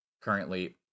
currently